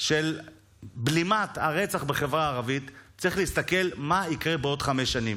של בלימת הרצח בחברה הערבית צריך להסתכל מה יקרה בעוד חמש שנים,